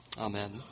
Amen